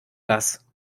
das